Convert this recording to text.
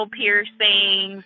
piercings